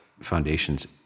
foundations